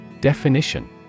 Definition